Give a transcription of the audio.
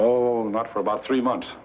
oh not for about three months